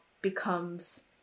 becomes